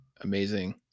amazing